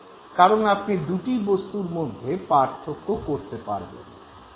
কারন আপনি দু'টি বস্তুর মধ্যে পার্থক্য করতে পারবেন